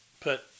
put